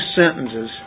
sentences